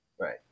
Right